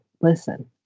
listen